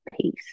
peace